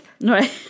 Right